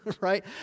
right